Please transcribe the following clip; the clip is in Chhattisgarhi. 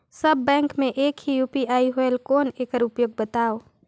सब बैंक मे एक ही यू.पी.आई होएल कौन एकर उपयोग बताव?